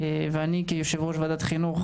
אני כיושב-ראש ועדת חינוך,